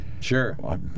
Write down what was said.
Sure